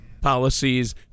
policies